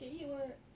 can eat [what]